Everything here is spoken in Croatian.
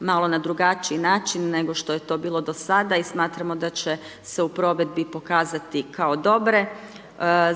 malo na drugačiji način nego što je to bilo do sada i smatramo da će se u provedbi pokazati kao dobre.